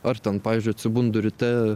ar ten pavyzdžiui atsibundu ryte